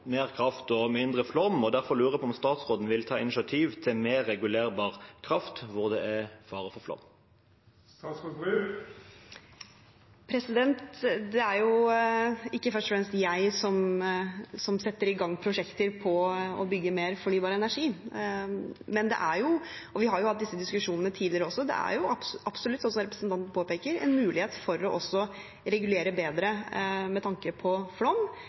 mer kraft og mindre flom. Derfor lurer jeg på om statsråden vil ta initiativ til mer regulerbar kraft der det er fare for flom. Det er jo ikke først og fremst jeg som setter i gang prosjekter for å bygge mer fornybar energi. Vi har jo hatt disse diskusjonene tidligere også, og det er absolutt, som representanten påpeker, mulighet for å regulere bedre med tanke på flom